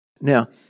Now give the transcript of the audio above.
Now